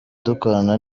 dukorana